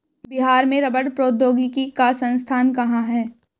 बिहार में रबड़ प्रौद्योगिकी का संस्थान कहाँ है?